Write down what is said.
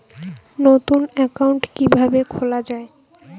নতুন একাউন্ট কিভাবে খোলা য়ায়?